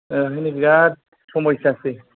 ओंखायनो जात समयसासै